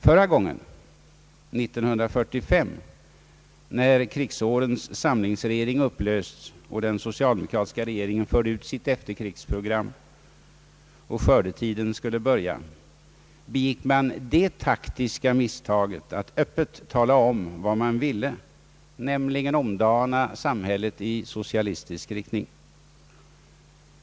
Förra gången, år 1945, när krigsårens samlingsregering upplösts och den socialdemokratiska regeringen förde ut sitt efterkrigsprogram och skördetiden skulle börja, begick man det taktiska misstaget att öppet tala om vad man ville, nämligen omdana samhället i socialistisk riktning.